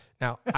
Now